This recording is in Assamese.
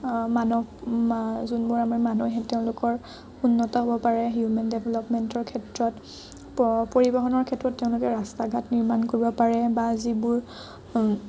মানৱ যোনবোৰ আমি মানুহে তেওঁলোকৰ উন্নত হ'ব পাৰে হিউমেন ডেভেলপমেণ্টৰ ক্ষেত্ৰত পৰিবহণৰ ক্ষেত্ৰত ৰাস্তা ঘাট নিৰ্মাণ কৰিব পাৰে বা যিবোৰ